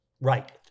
Right